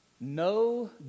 No